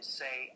say